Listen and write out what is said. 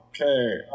okay